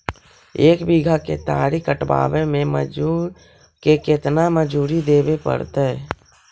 एक बिघा केतारी कटबाबे में मजुर के केतना मजुरि देबे पड़तै?